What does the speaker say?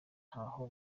ntaho